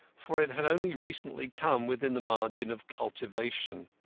for it had only recently come within the margin of cultivation.